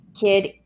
Kid